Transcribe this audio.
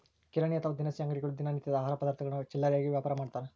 ಕಿರಾಣಿ ಅಥವಾ ದಿನಸಿ ಅಂಗಡಿಗಳು ದಿನ ನಿತ್ಯದ ಆಹಾರ ಪದಾರ್ಥಗುಳ್ನ ಚಿಲ್ಲರೆಯಾಗಿ ವ್ಯಾಪಾರಮಾಡ್ತಾರ